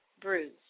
Bruise